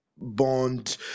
bond